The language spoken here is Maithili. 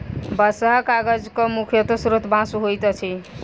बँसहा कागजक मुख्य स्रोत बाँस होइत अछि